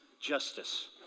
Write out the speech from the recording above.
Justice